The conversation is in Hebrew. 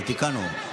אז תיקנו.